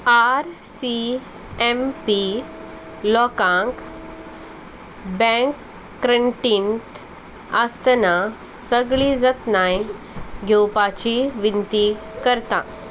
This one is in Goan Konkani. आर सी एम पी लोकांक बँक क्रेंटींत आसतना सगळी जतनाय घेवपाची विनंती करता